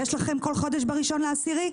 יש לכם כל חודש ב-10 לחודש?